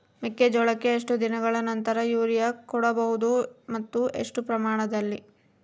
ಮೆಕ್ಕೆಜೋಳಕ್ಕೆ ಎಷ್ಟು ದಿನಗಳ ನಂತರ ಯೂರಿಯಾ ಕೊಡಬಹುದು ಮತ್ತು ಎಷ್ಟು ಪ್ರಮಾಣದಲ್ಲಿ?